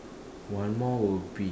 one more will be